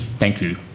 thank you.